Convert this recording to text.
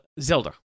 Zelda